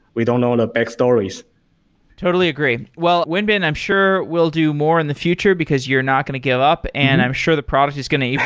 we don't know the backstories totally agree. well, wenbin, i'm sure we'll do more in the future, because you're not going to give up and i'm sure the product is going to